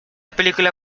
película